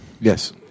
Yes